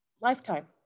lifetime